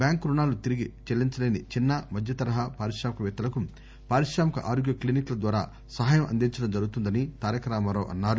bank రుణాలు తిరిగి చెల్లించలేని చిన్స మధ్య తరహా పారిశ్రామికవేత్తలకు పారిశ్రామిక ఆరోగ్య క్లినిక్ ల ద్వారా సహాయం అందించడం జరుగుతుందని తారక రామారావు అన్నారు